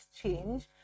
change